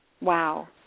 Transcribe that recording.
Wow